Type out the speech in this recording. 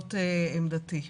זאת עמדתי.